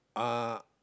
uh